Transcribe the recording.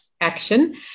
action